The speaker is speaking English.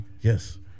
Yes